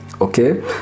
okay